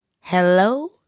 Hello